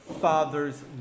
father's